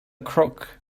crook